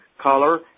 color